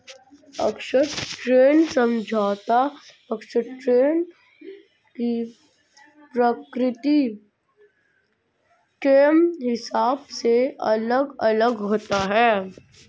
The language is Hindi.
ऋण समझौता ऋण की प्रकृति के हिसाब से अलग अलग होता है